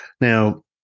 now